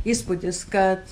įspūdis kad